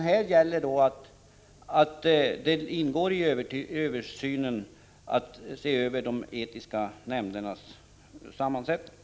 I direktiven ingår även att man skall se över de etiska nämndernas sammansättning.